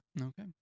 Okay